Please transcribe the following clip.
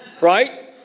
Right